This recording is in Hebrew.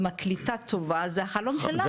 אם הקליטה טובה זה החלום שלנו.